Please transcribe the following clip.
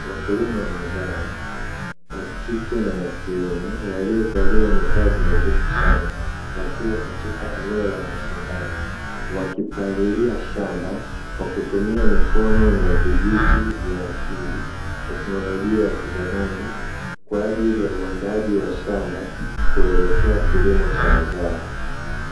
Wakulima wa mazao (wa kike na wa kiume) waliovalia mavazi nadhifu sana, wakiwa katika eneo la shambani wakipalilia shamba kwa kutumia mikono na vijiti vya asili, teknolojia ya kizamani kwa ajili ya uandaaji wa shamba kuelekea kilimo cha mazao.